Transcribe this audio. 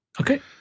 Okay